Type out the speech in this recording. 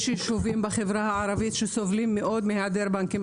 יש יישובים בחברה הערבית שסובלים מאוד מהיעדר בנקים.